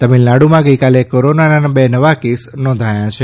તમિલનાડુમાં ગઈકાલે કોરોનાના બે નવા કેસ નોંધાયા છે